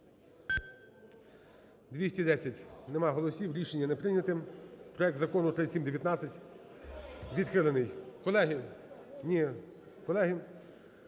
210. Немає голосів. Рішення не прийняте. Проект Закону 3719 відхилений. Колеги, я хочу